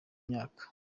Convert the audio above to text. imyaka